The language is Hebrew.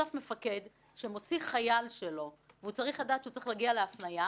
בסוף מפקד שמוציא חייל שלו והוא צריך לדעת שהוא צריך להגיע להפניה,